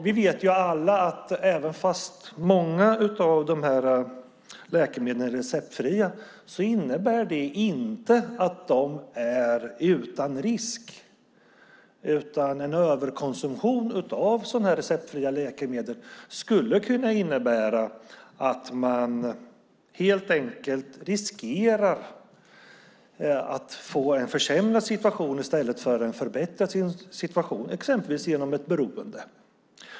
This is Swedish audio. Vi vet alla att många av dessa läkemedel inte är utan risk även om de är receptfria, utan en överkonsumtion av receptfria läkemedel skulle kunna innebära att man helt enkelt får en försämrad situation i stället för en förbättrad situation, exempelvis genom ett beroende.